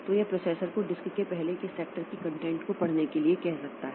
तो यह प्रोसेसर को डिस्क के पहले सेक्टर की कंटेंट को पढ़ने के लिए कह सकता है